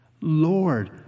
Lord